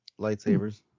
lightsabers